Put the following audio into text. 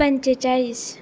पंचेचाळीस